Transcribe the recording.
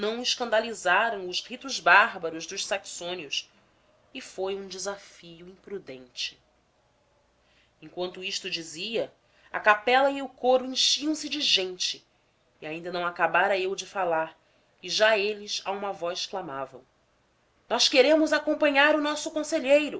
escandalizam os ritos bárbaros dos saxônios e foi um desafio imprudente enquanto isto dizia a capela e o coro enchiam se de gente e ainda não acabara eu de falar e já eles a uma voz clamavam nós queremos acompanhar o nosso conselheiro